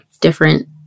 different